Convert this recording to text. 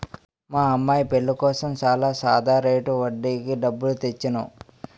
మా అమ్మాయి పెళ్ళి కోసం చాలా సాదా రేటు వడ్డీకి డబ్బులు తెచ్చేను